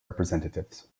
representatives